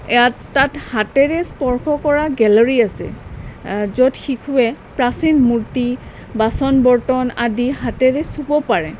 ইয়াত তাত হাতেৰে স্পৰ্শ কৰা গেলৰী আছে য'ত শিশুৱে প্ৰাচীন মূৰ্তি বাচন বৰ্তন আদি হাতেৰে চুব পাৰে